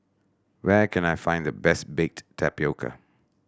where can I find the best baked tapioca